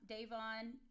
Davon